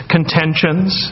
Contentions